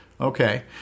Okay